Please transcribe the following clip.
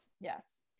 Yes